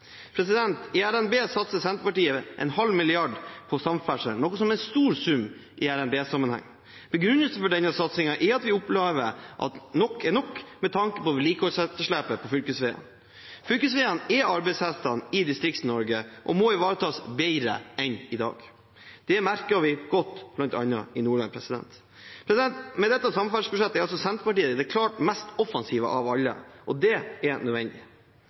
I revidert nasjonalbudsjett satser Senterpartiet 500 mill. kr på samferdsel, noe som er en stor sum i RNB-sammenheng. Begrunnelsen for denne satsingen er at vi opplever at nok er nok med tanke på vedlikeholdsetterslepet på fylkesveiene. Fylkesveiene er arbeidshestene i Distrikts-Norge og må ivaretas bedre enn i dag. Det merker vi godt, bl.a. i Nordland. Med dette samferdselsbudsjettet er Senterpartiet det klart mest offensive partiet av alle. Det er nødvendig.